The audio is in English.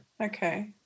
Okay